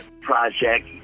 project